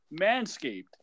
Manscaped